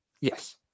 Yes